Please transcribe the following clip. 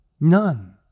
None